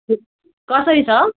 कसरी छ